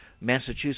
Massachusetts –